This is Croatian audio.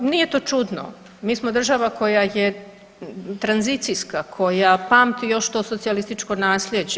Nije to čudno, mi smo država koja je tranzicijska, koja pamti još to socijalističko nasljeđe.